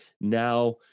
now